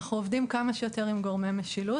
אנחנו עובדים כמה שיותר עם גורמי משילות.